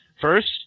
First